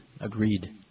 Agreed